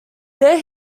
there